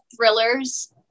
thrillers